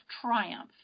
triumph